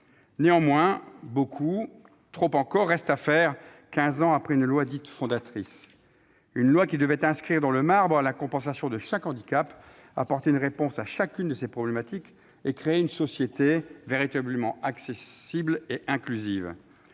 Néanmoins, beaucoup trop encore reste à faire, quinze ans après une loi dite « fondatrice », qui devait inscrire dans le marbre la compensation de chaque handicap, apporter une réponse à chacune de ses problématiques et créer une société véritablement accessible et inclusive.